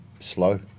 slow